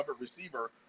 receiver